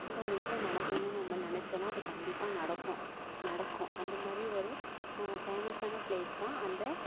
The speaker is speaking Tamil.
இந்த ஒரு விஷயம் நடக்கணும்னால் நம்ம நினச்சோம்னா அது கண்டிப்பாக நடக்கும் நடக்கும் அந்த மாதிரி ஒரு ஃபேமஸான பிளேஸ் தான் அந்த